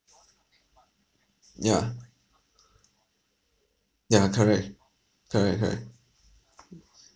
mm yeah ya correct correct correct